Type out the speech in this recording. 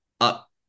up